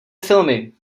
filmy